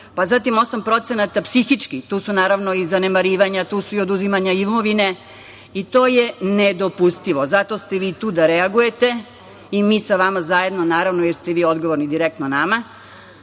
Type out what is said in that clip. Zatim, 8% psihički, naravno tu su i zanemarivanja, oduzimanja imovine i to je nedopustimo. Zato ste vi tu da reagujete i mi sa vama zajedno, naravno, jer ste vi odgovorni direktno nama.